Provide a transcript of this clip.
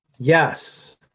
Yes